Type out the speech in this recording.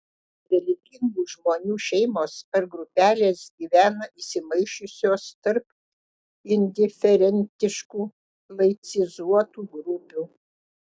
religingų žmonių šeimos ar grupelės gyvena įsimaišiusios tarp indiferentiškų laicizuotų grupių